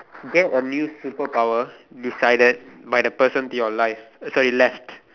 get a new superpower decided by the person to your life uh sorry left